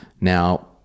Now